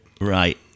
Right